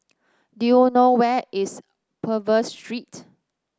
do you know where is Purvis Street